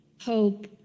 hope